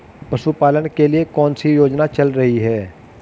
पशुपालन के लिए कौन सी योजना चल रही है?